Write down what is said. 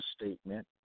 statement